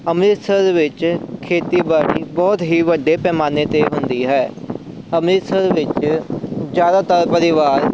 ਅੰਮ੍ਰਿਤਸਰ ਵਿੱਚ ਖੇਤੀਬਾੜੀ ਬਹੁਤ ਹੀ ਵੱਡੇ ਪੈਮਾਨੇ 'ਤੇ ਹੁੰਦੀ ਹੈ ਅੰਮ੍ਰਿਤਸਰ ਵਿੱਚ ਜ਼ਿਆਦਾਤਰ ਪਰਿਵਾਰ